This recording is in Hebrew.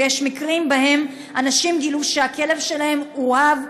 ויש מקרים בהם אנשים גילו שהכלב שלהם הורעב,